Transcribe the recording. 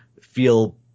feel